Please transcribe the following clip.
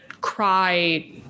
cry